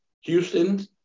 Houston